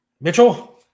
Mitchell